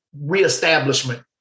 reestablishment